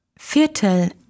Viertel